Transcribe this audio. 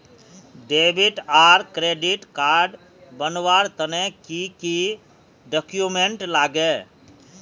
Debit आर credit card बनवार तने की की डॉक्यूमेंट लागे?